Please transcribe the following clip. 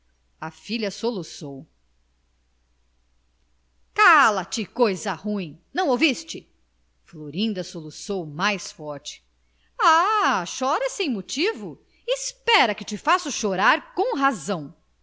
a filha soluçou cala-te coisa ruim não ouviste florinda soluçou mais forte ah choras sem motivo espera que te faço chorar com razão